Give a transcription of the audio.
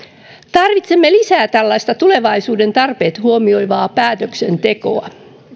tarvitsemme lisää tällaista tulevaisuuden tarpeet huomioivaa päätöksentekoa